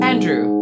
Andrew